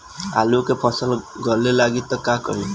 आलू के फ़सल गले लागी त का करी?